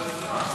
בהצעה מס'